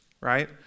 right